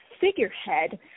figurehead